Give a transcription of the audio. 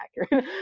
accurate